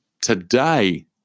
today